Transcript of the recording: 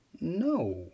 No